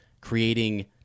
creating